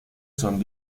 son